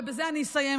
ובזה אני אסיים,